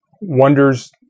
wonders